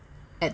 at